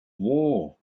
war